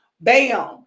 bam